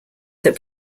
that